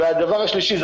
והדבר השלישי זה